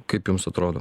kaip jums atrodo